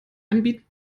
anbieten